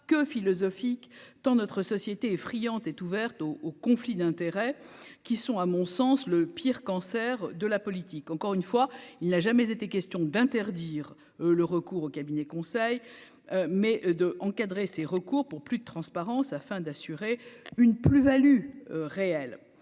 que philosophique dans notre société est friande, est ouverte au au conflit d'intérêts qui sont à mon sens le pire, cancer de la politique, encore une fois, il n'a jamais été question d'interdire le recours au cabinet conseil mais 2 encadrer ces recours pour plus de transparence afin d'assurer une plus Value réelle